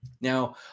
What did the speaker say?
Now